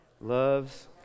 loves